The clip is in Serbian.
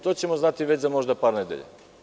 To ćemo znati za možda par nedelja.